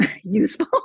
useful